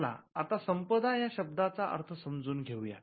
चला आता संपदा या शब्दाचा अर्थ समजून घेऊयात